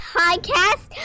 podcast